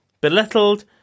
Belittled